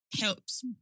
helps